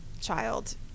child